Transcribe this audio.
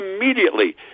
immediately